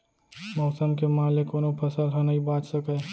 मउसम के मार ले कोनो फसल ह नइ बाच सकय